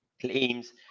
claims